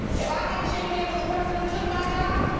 if i had to shake hands with the person who took my job,